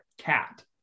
cat